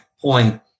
point